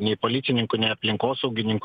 nei policininkų nei aplinkosaugininkų